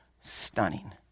stunning